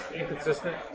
inconsistent